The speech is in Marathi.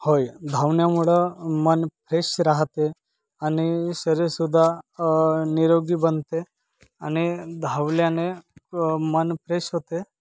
होय धावण्यामुळं मन फ्रेश राहते आणि शरीरसुद्धा निरोगी बनते आणि धावल्याने मन फ्रेश होते